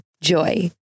Joy